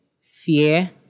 fear